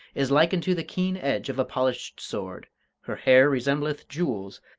is like unto the keen edge of a polished sword her hair resembleth jewels,